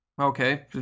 okay